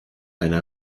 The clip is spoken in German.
eine